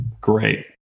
Great